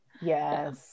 yes